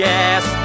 Yes